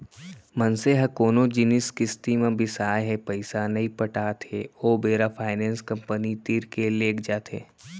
मनसे ह कोनो जिनिस किस्ती म बिसाय हे पइसा नइ पटात हे ओ बेरा फायनेंस कंपनी तीर के लेग जाथे